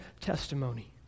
testimony